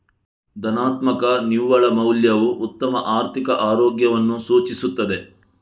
ಧನಾತ್ಮಕ ನಿವ್ವಳ ಮೌಲ್ಯವು ಉತ್ತಮ ಆರ್ಥಿಕ ಆರೋಗ್ಯವನ್ನು ಸೂಚಿಸುತ್ತದೆ